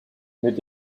mit